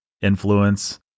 influence